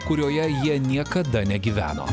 kurioje jie niekada negyveno